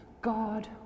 God